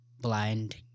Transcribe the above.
blind